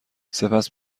سپس